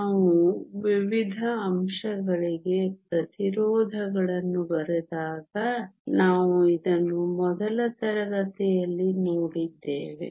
ನಾವು ವಿವಿಧ ಅಂಶಗಳಿಗೆ ಪ್ರತಿರೋಧಗಳನ್ನು ಬರೆದಾಗ ನಾವು ಇದನ್ನು ಮೊದಲ ತರಗತಿಯಲ್ಲಿ ನೋಡಿದ್ದೇವೆ